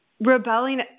rebelling